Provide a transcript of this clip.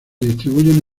distribuyen